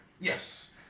Yes